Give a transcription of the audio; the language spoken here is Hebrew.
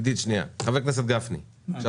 זה דבר שהובא לפתחנו, ואכן בתקציב הקרוב שעובר,